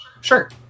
sure